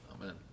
Amen